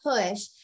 push